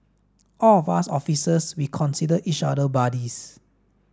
all of us officers we consider each other buddies